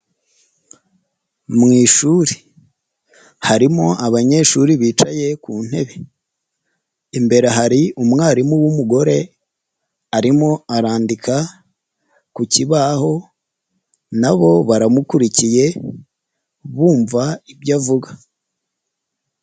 Mu ishuri harimo abanyeshuri bicaye ku ntebe. Imbere hari umwarimu w'umugore, arimo arandika ku kibaho, nabo baramukurikiye bumva ibyo avuga.